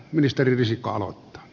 ministeri risikko aloittaa